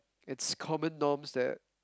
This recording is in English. it's common norms that